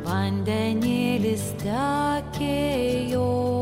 vandenėlis tekėjo